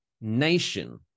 nation